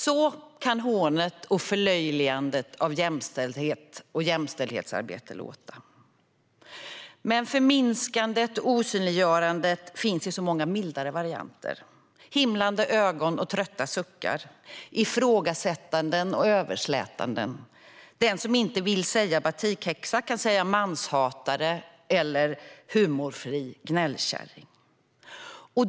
Så kan hånet och förlöjligandet av jämställdhet och jämställdhetsarbete låta. Men förminskandet och osynliggörandet finns i så många mildare varianter. Det kan vara himlande ögon och trötta suckar, ifrågasättanden och överslätanden. Den som inte vill säga "batikhäxa" kan säga "manshatare" eller "humorfri gnällkärring".